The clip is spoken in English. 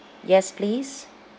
yes please